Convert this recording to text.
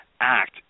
act